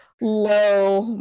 low